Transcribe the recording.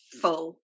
full